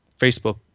Facebook